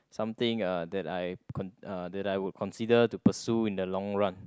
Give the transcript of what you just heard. something uh that I con~ uh that I would consider to pursue in the long run